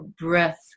breath